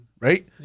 Right